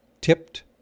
tipped